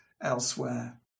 elsewhere